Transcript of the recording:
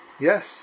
Yes